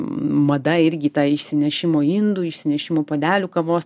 mada irgi ta išsinešimo indų išsinešimo puodelių kavos